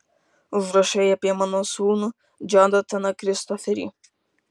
užrašai apie mano sūnų džonataną kristoferį